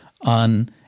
on